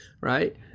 right